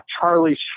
Charlie